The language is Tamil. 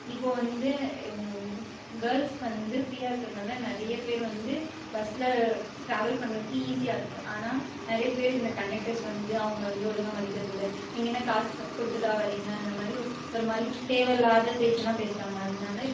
இப்போது வந்து கேள்ர்ஸுக்கு வந்து ஃப்ரீயாக இருக்கிறதுனால நிறைய பேர் வந்து பஸ்ஸில் ட்ராவல் பண்ணுறதுக்கு ஈஸியாக இருக்கு ஆனா நிறைய பேர் இந்த கண்டக்டர்ஸ் வந்து அவங்கள வந்து ஒழுங்காக மதிக்கிறதில்லை நீங்கள் என்ன காசு கொடுத்துட்டா வரீங்க இந்த மாதிரி ஒரு மாதிரி தேவையில்லாத பேச்செல்லாம் பேசுகிறாங்க அதனால